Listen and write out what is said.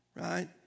right